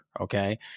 Okay